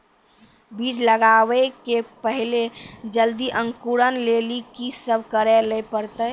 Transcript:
बीज लगावे के पहिले जल्दी अंकुरण लेली की सब करे ले परतै?